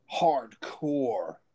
hardcore